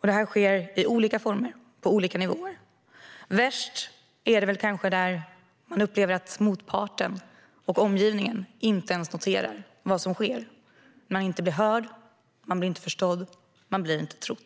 Det här sker i olika former och på olika nivåer. Värst är det väl kanske när man upplever att motparten och omgivningen inte ens noterar vad som sker. Man blir inte hörd, man blir inte förstådd och man blir inte trodd.